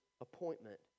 appointment